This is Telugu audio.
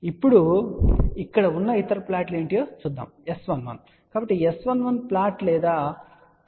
కాబట్టి ఇప్పుడు ఇక్కడ ఉన్న ఇతర ప్లాట్లు ఏమిటో చూద్దాం S11 కాబట్టి S11 ప్లాట్ ఉదా రంగులో ఉంది